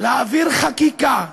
להעביר חקיקה,